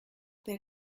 their